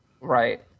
right